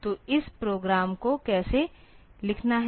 तो इस प्रोग्राम को कैसे लिखना है